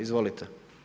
Izvolite.